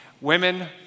Women